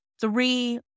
three